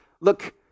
look